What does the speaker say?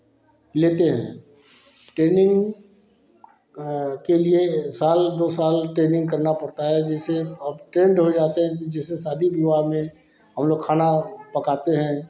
लेते हैं ट्रेनिंग के लिए साल दो साल ट्रेनिंग करना पड़ता है जैसे अब टेंड हो जाते हैं तो जैसे शादी विवाह में हम लोग खाना पकाते हैं